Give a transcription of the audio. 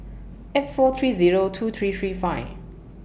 eight four three Zero two three three five